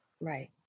Right